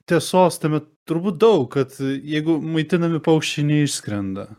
tiesos tame turbūt daug kad jeigu maitinami paukščiai neišskrenda